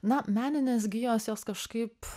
na meninės gijos jos kažkaip